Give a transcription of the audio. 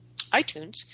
iTunes